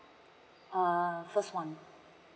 uh first one